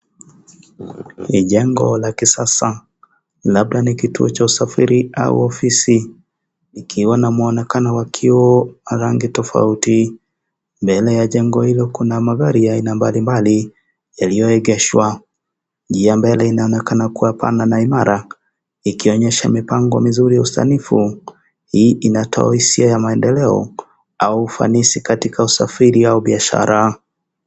Ni jengo la kisasa. Labda ni kituo cha usafiri au ofisi. Ikiwa na mwonekano wa kio rangi tofauti. Mbele ya jengo hilo kuna magari ya aina mbalimbali, yaliyoegeshwa. Njia ya mbele inaonekana kuwa pana na imara , ikionyesha mipango mizuri ya usanifu. Hii inatoa hisia ya maendeleo au ufanisi katika usafiri au biashara.